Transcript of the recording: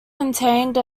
contained